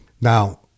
Now